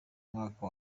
mwaka